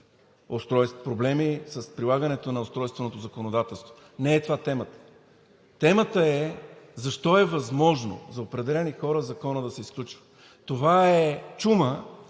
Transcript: проблеми с прилагането на устройственото законодателство – не е това темата. Темата е: защо е възможно за определени хора законът да се изключва? Това е чума,